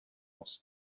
است